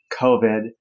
COVID